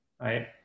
right